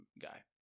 guy